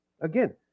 Again